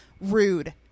rude